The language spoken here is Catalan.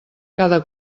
cada